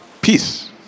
Peace